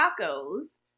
tacos